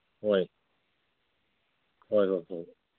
ꯍꯣꯏ ꯍꯣꯏ ꯍꯣꯏ ꯍꯣꯏ